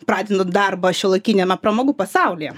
pradedant darbą šiuolaikiniame pramogų pasaulyje